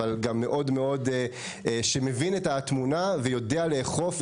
אבל גם כזה שמבין מאוד את התמונה ויודע לאכוף.